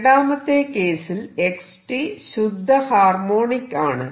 രണ്ടാമത്തെ കേസിൽ x ശുദ്ധ ഹാർമോണിക് ആണ്